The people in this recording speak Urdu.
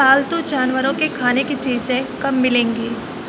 پالتو جانوروں کے کھانے کی چیزیں کب ملیں گی